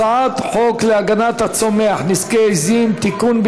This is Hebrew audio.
הצעת חוק להגנת הצומח (נזקי עיזים) (תיקון,